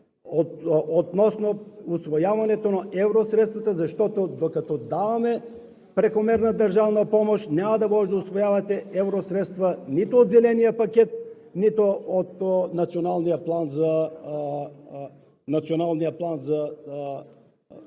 относно усвояването на евросредствата, защото, докато даваме прекомерна държавна помощ, няма да може да усвоявате евросредства нито от Зеления пакет, нито от Националния план за пандемията